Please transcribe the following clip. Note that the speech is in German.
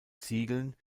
ziegeln